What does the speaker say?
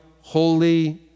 Holy